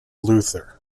luthor